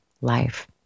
life